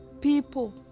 people